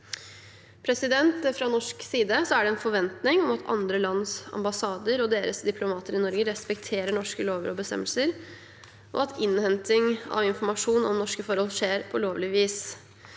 tematikken. Fra norsk side er det en forventning om at andre lands ambassader og deres diplomater i Norge respekterer norske lover og bestemmelser, og at innhenting av informasjon om norske forhold skjer på lovlig vis.